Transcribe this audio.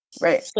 Right